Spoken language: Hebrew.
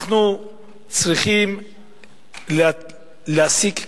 אנחנו צריכים להסיק,